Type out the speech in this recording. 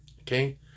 Okay